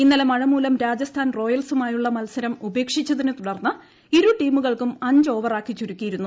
ഇന്നലെ മഴ മൂലം രാജസ്ഥാൻ റോയൽസുമായുള്ള മത്സരം ഉപേക്ഷിച്ചതിനെത്തുടർന്ന് ഇരു ടീമു കൾക്കും അഞ്ച് ഓവറാക്കി ചുരുക്കിയിരുന്നു